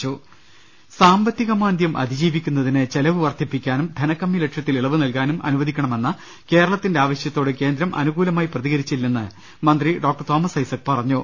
രുട്ട്ട്ട്ട്ട്ട്ട്ട്ട്ട സാമ്പത്തിക മാന്ദ്യം അതിജീവിക്കുന്നതിന് ചെലവ് വർദ്ധിപ്പിക്കാനും ധനക്കമ്മി ലക്ഷ്യത്തിൽ ഇളവ് നൽകാനും അനുവദിക്കണമെന്ന കേരളത്തിന്റെ ആവശ്യത്തോട് കേന്ദ്രം അനുകൂലമായി പ്രതികരിച്ചില്ലെന്ന് മന്ത്രി ഡോക്ടർ തോമസ് ഐസക് പറഞ്ഞു